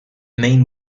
main